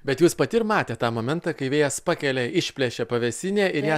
bet jūs pati ir matėt tą momentą kai vėjas pakėlė išplėšė pavėsinę ir ją